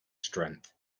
strength